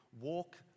walk